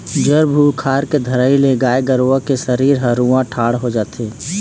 जर बुखार के धरई ले गाय गरुवा के सरीर के रूआँ ठाड़ हो जाथे